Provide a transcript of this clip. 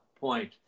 point